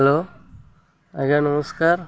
hello ଆଜ୍ଞା ନମସ୍କାର